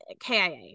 kia